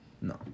No